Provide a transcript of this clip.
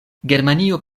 germanio